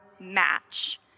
match